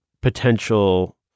potential